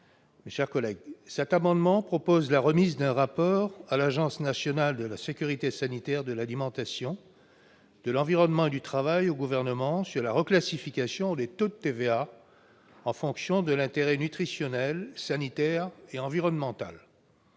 Les auteurs de cet amendement proposent la remise au Gouvernement d'un rapport de l'Agence nationale de la sécurité sanitaire de l'alimentation, de l'environnement et du travail sur la reclassification des taux de TVA en fonction de l'intérêt nutritionnel, sanitaire et environnemental